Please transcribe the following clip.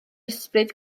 ysbryd